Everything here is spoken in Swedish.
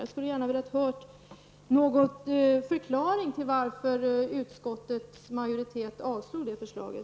Jag hade gärna velat få en förklaring till varför utskottets majoritet avslog det förslaget.